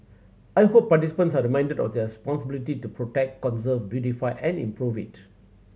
I hope participants are reminded of their responsibility to protect conserve beautify and improve it